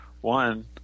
one